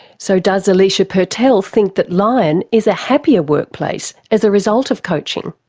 so does alicia purtell think that lion is a happier workplace as a result of coaching?